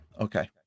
okay